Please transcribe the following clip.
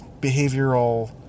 behavioral